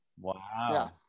Wow